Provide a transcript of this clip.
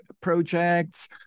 projects